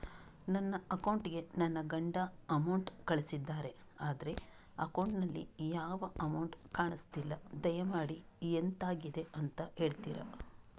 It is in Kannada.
ನನ್ನ ಅಕೌಂಟ್ ಗೆ ನನ್ನ ಗಂಡ ಅಮೌಂಟ್ ಕಳ್ಸಿದ್ದಾರೆ ಆದ್ರೆ ಅಕೌಂಟ್ ನಲ್ಲಿ ಯಾವ ಅಮೌಂಟ್ ಕಾಣಿಸ್ತಿಲ್ಲ ದಯಮಾಡಿ ಎಂತಾಗಿದೆ ಅಂತ ಹೇಳ್ತೀರಾ?